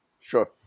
Sure